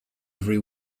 every